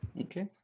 okay